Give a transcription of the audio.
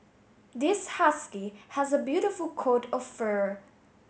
this husky has a beautiful coat of fur